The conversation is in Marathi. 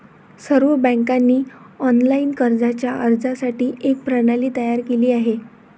सर्व बँकांनी ऑनलाइन कर्जाच्या अर्जासाठी एक प्रणाली तयार केली आहे